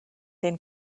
den